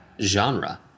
genre